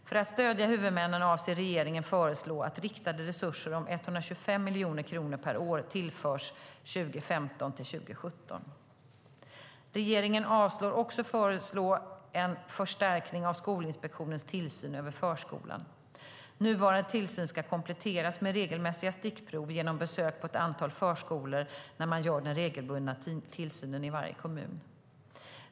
För att stödja huvudmännen avser regeringen att föreslå att riktade resurser om 125 miljoner kronor per år tillförs 2015-2017. Regeringen avser också att föreslå en förstärkning av Skolinspektionens tillsyn över förskolan. Nuvarande tillsyn ska kompletteras med regelmässiga stickprov genom besök på ett antal förskolor när man gör den regelbundna tillsynen i varje kommun.